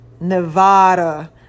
Nevada